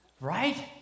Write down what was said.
right